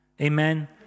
Amen